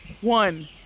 One